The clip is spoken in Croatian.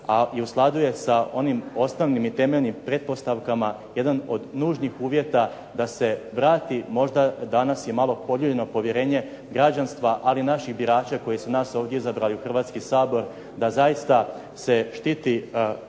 skladu je sa onim osnovnim i temeljnim pretpostavkama jedan od nužnih uvjeta da se vrati možda danas je malo podijeljeno povjerenje građanstva ali i naših birača koji su nas ovdje izabrali u Hrvatski sabor da zaista se štiti i